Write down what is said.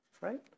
right